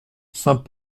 saint